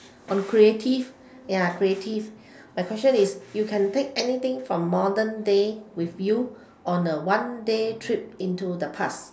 on creative ya creative but question is you can take anything from modern day with you on a one day trip into the past